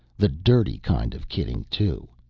the dirty kind of kidding, too.